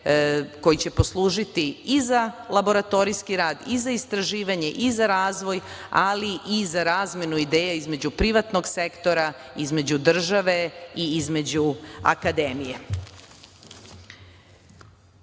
koji će poslužiti i za laboratorijski rad i za istraživanje i za razvoj, ali i za razmenu ideja između privatnog sektora, između države i između akademije. To